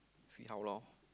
see how lor